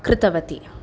कृतवती